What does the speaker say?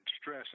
stress